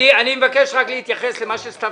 אני דורש את זה